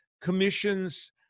commissions